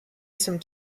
some